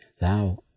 Thou